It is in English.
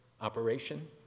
operation